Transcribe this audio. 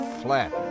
flat